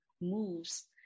moves